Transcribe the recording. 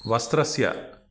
वस्त्रस्य